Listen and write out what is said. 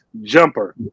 jumper